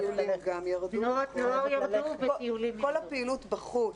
תנועות נוער ירדו וטיולים --- כל הפעילות בחוץ,